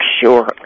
sure